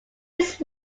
his